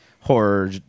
horror